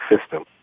system